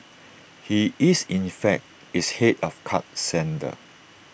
he is in fact its Head of card centre